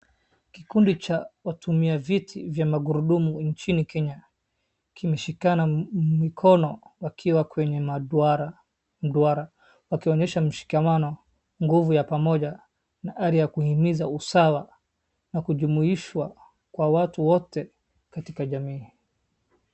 Kikundi cha watumia viti vya magurudumu nchini Kenya, kimeshikana mikono wakiwa kwenye maduara, duara wakionyesha mshikamano, nguvu ya pamoja na hali ya kuhimiza usawa, na kujumuishwa kwa watu wote katika jamii.